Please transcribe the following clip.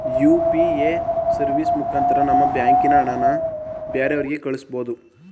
UPA service ಮುಖಾಂತರ ನಮ್ಮ ಬ್ಯಾಂಕಿನ ಹಣನ ಬ್ಯಾರೆವ್ರಿಗೆ ಕಳಿಸ್ಬೋದು